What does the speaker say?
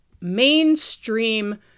mainstream